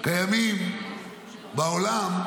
קיימים בעולם,